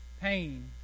Pain